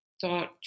thought